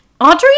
Audrey